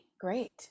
Great